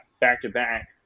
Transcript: back-to-back